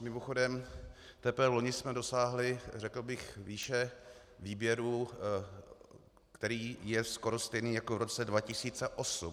Mimochodem teprve loni jsme dosáhli, řekl bych, výše výběru, který je skoro stejný jako v roce 2008.